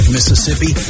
Mississippi